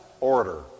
order